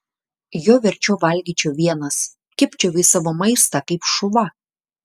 jau verčiau valgyčiau vienas kibčiau į savo maistą kaip šuva